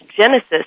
genesis